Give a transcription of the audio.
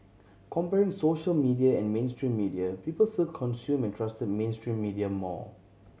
comparing social media and mainstream media people still consumed and trusted mainstream media more